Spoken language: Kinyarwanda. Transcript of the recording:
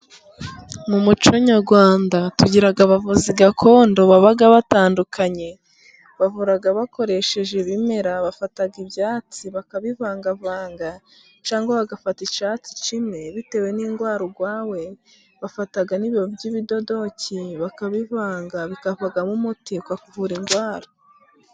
Mu muco nyarwanda tugira abavuzi gakondo baba batandukanye, bavura bakoresheje ibimera, bafata ibyatsi bakabivangavanga cyangwa bagafata icyatsi kimwe bitewe n'indwara urwaye, bafata n'ibibabi by'ibidodoki bakabivanga bikavamo umuti ukavura indwara.